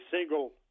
single